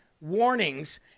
warnings